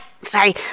Sorry